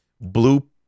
blue